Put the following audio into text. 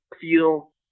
feel